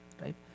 right